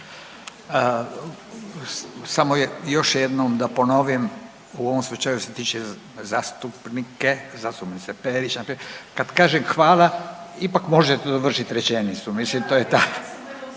Samo je, još jednom da ponovim u ovom slučaju se tiče zastupnike, zastupnice Perić npr. kad kažem hvala ipak možete dovršiti rečenicu, mislim to je